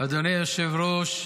אדוני היושב-ראש,